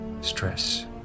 stress